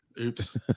Oops